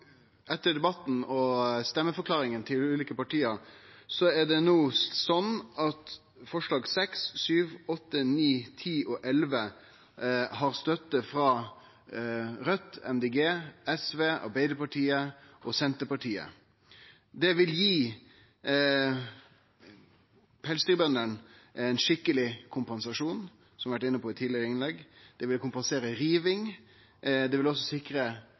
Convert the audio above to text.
Etter debatten og stemmeforklaringa frå ulike parti er det no sånn at forslaga nr. 6–11 har støtte frå Raudt, Miljøpartiet Dei Grøne, SV, Arbeidarpartiet og Senterpartiet. Det vil gi pelsdyrbøndene ein skikkeleg kompensasjon, som eg har vore inne på i tidlegare innlegg. Det vil kompensere riving. Det vil også sikre